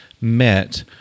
met